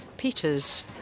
Peters